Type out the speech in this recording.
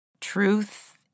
truth